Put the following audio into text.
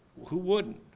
who wouldn't?